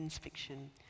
fiction